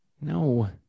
No